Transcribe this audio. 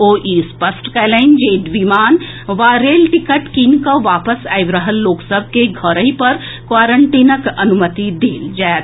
ओ ई स्पष्ट कएलनि जे विमान वा रेल टिकट कीनि कऽ वापस आबि रहल लोक सभ के घरहिं पर क्वारंटीनक अनुमति देल जाएत